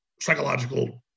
psychological